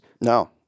No